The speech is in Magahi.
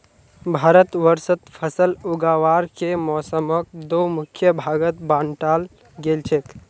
भारतवर्षत फसल उगावार के मौसमक दो मुख्य भागत बांटाल गेल छेक